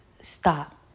Stop